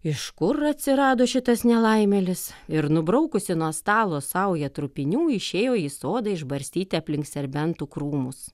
iš kur atsirado šitas nelaimėlis ir nubraukusi nuo stalo saują trupinių išėjo į sodą išbarstyti aplink serbentų krūmus